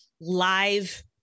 live